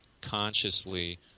consciously